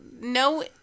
No